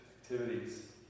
activities